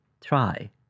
try